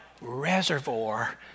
reservoir